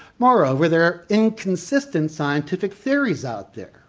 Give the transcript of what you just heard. moreover, there are inconsistent scientific theories out there,